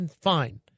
fine